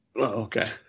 okay